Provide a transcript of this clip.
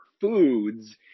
foods